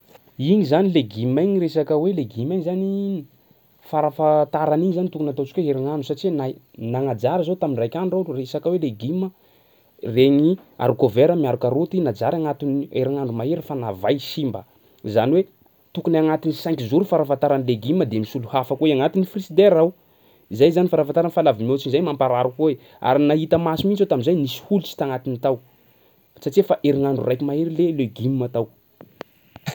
Igny zany legima igny resaka hoe legima iny zany farafahatarany igny zany tokony ataontsika hoe herignandro satsia nahi- nagnajary zao tam'ndraiky andro aho resaka hoe legima regny haricots verts miaro karaoty najary agnatin'ny herignandro mahery fa navay simba, izany hoe tokony agnatin'ny cinq jours farafahataran'ny legima de nisolo hafa koa i agnatin'ny frizedera ao, zay zany farafahatarany fa laha vao mihoatsy an'zay mampaharary koa i ary nahota maso mihitsy aho tam'zay nisy holitsy tagnatiny tao satsia fa herignandro raiky mahery le legioma tao.